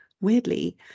Weirdly